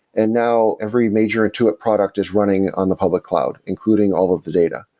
and now every major intuit product is running on the public cloud, including all of the data.